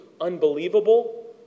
unbelievable